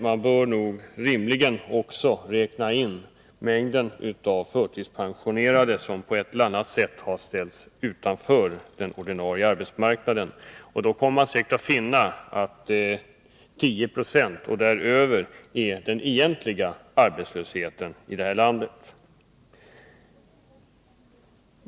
Man bör rimligen också räkna in mängden av förtidspensionerade som på ett eller annat sätt ställts utanför den ordinarie arbetsmarknaden. Gör man det kommer man säkert att finna att den egentliga arbetslösheten här i landet är 10 96 och därutöver.